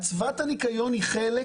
אצוות הניקיון היא חלק